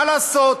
מה לעשות?